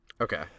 Okay